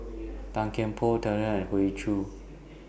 Tan Kian Por and Hoey Choo